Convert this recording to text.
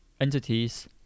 entities